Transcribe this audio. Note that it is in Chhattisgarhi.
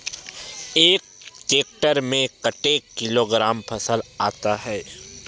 एक टेक्टर में कतेक किलोग्राम फसल आता है?